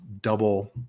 double